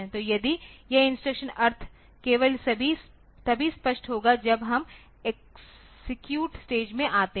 तो यदि यह इंस्ट्रक्शन अर्थ केवल तभी स्पष्ट होगा जब हम एक्सेक्यूट स्टेज में आते हैं